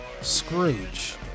Scrooge